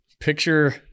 Picture